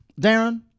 Darren